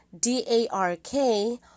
D-A-R-K